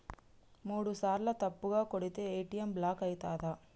మూడుసార్ల తప్పుగా కొడితే ఏ.టి.ఎమ్ బ్లాక్ ఐతదా?